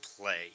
play